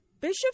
Bishop